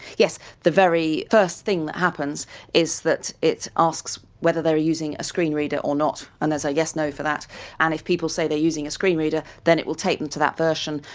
yes, the very first thing that happens is that it asks whether they're using a screen reader or not and there's a yes no for that and if people say they're using a screen reader then it will take them to that version.